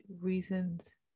reasons